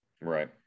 right